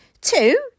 Two